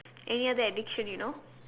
any other addiction you know